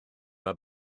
mae